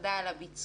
תודה על הביצוע,